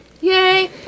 Yay